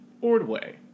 Ordway